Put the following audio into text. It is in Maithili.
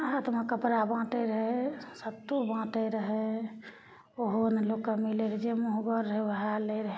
राहतमे कपड़ा बाँटय रहय सत्तू बाँटय रहय उहो नहि लोगके मिलय रहय जे मुँहगर वएह लै रहय